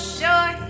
joy